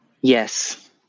Yes